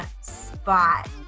spot